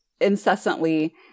incessantly